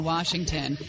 Washington